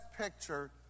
picture